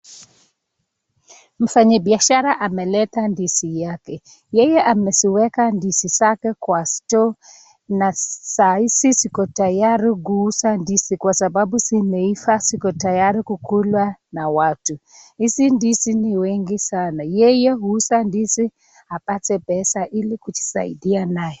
Mfanyibiashara ameleta ndizi yake. Yeye ameweka ndizi zake kwa store na saa hizi ziko tayari kuuza ndizi kwa sababu zimeiva, ziko tayari kukuliwa na watu. Hizi ndizi ni nyingi sana. Yeye huuza ndizi apate pesa ili kujisaidia nayo.